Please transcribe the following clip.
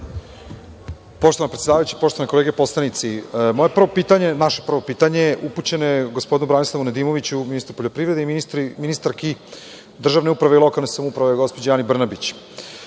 Poštovana predsedavajuća, poštovane kolege poslanici, moje prvo pitanje, naše prvo pitanje upućeno je gospodinu Branislavu Nedimoviću, ministru poljoprivrede i ministarki državne uprave i lokalne samouprave gospođi Ani Brnabić. Da